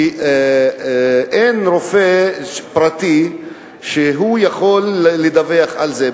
כי אין רופא פרטי שיכול לדווח על זה.